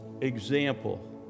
example